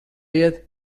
iet